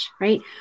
right